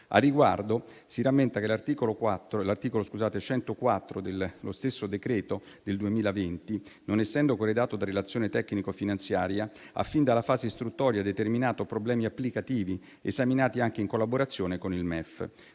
Al riguardo si rammenta che l'articolo 104 dello stesso decreto del 2020, non essendo corredato da relazione tecnico-finanziaria, ha fin dalla fase istruttoria determinato problemi applicativi, esaminati anche in collaborazione con il MEF.